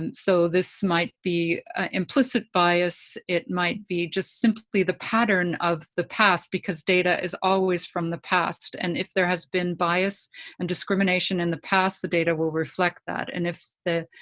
and so this might be implicit bias. it might be just simply the pattern of the past, because data is always from the past. and if there has been bias and discrimination in and the past, the data will reflect that. and if the